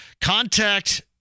contact